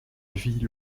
vie